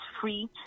free